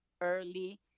early